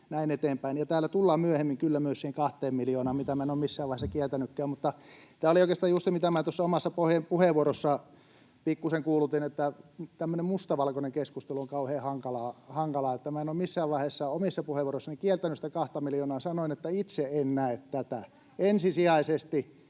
täällä tullaan myöhemmin kyllä myös siihen kahteen miljoonaan, mitä minä en ole missään vaiheessa kieltänytkään. Tämä oli oikeastaan just se, mitä minä tuossa omassa puheenvuorossani pikkusen kuulutin, että tämmöinen mustavalkoinen keskustelu on kauhean hankalaa. Minä en ole missään vaiheessa omissa puheenvuoroissani kieltänyt sitä kahta miljoonaa, vaan sanoin, että itse en näe tätä [Helena